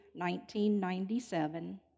1997